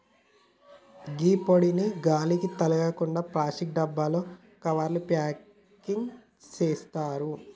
గీ పొడిని గాలి తగలకుండ ప్లాస్టిక్ డబ్బాలలో, కవర్లల ప్యాకింగ్ సేత్తారు